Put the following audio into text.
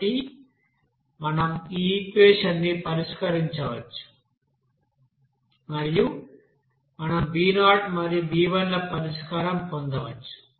కాబట్టి మనం ఈ ఈక్వెషన్ ని పరిష్కరించవచ్చు మరియు మనం b0 మరియు b1 ల పరిష్కారం పొందవచ్చు